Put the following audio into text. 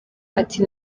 ati